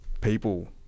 people